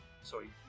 sorry